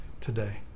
today